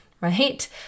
right